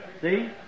See